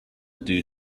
due